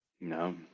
No